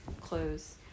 clothes